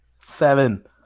Seven